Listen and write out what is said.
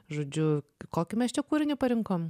žodžiu kokį mes čia kūrinį parinkom